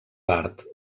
part